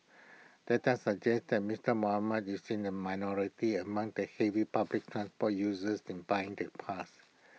data suggest that Mister Muhammad is in the minority among the heavy public transport users in buying the pass